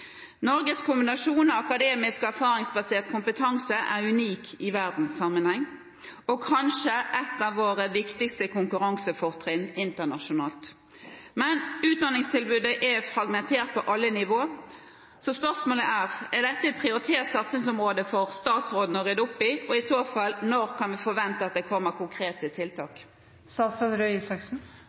våre viktigste konkurransefortrinn internasjonalt. Men utdanningstilbudet er fragmentert på alle nivå. Er dette et prioritert satsingsområde for statsråden, og i så fall når kan vi forvente at det kommer konkrete tiltak?»